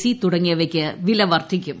C തുടങ്ങിയവയ്ക്ക് വില വർദ്ധിക്കും